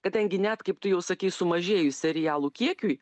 kadangi net kaip tu jau sakei sumažėjus serialų kiekiui